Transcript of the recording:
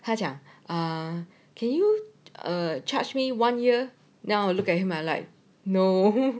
他讲 err can you ah charged me one year then I looked at him I like no